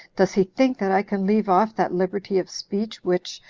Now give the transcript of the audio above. does he think that i can leave off that liberty of speech, which,